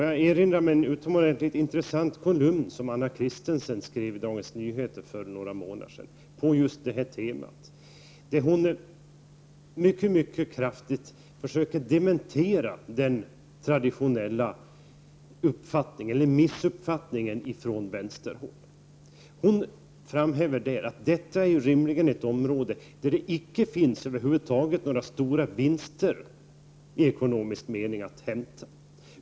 Jag erinrar mig en utomordentligt intressant kolumn på just det temat som Anna Christensen skrev i Dagens Nyheter för några månader sedan och där hon mycket kraftigt dementerade den traditionella missuppfattningen från vänsterhåll. Hon framhöll där att detta rimligen är ett område där det över huvud taget icke finns några stora vinster i ekonomisk mening att hämta.